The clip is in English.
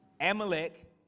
Amalek